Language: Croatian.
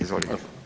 Izvolite.